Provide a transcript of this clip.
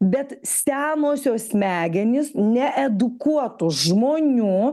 bet senosios smegenys needukuotų žmonių